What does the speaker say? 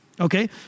okay